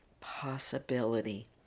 possibility